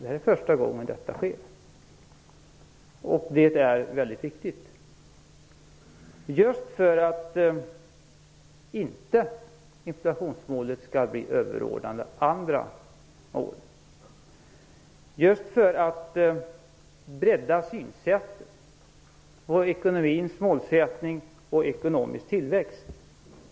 Detta är första gången det sker, och det är väldigt viktigt - dels för att inte inflationsmålet skall bli överordnat de andra målen, dels för att bredda synsättet beträffande ekonomins målsättning och ekonomisk tillväxt.